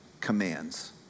commands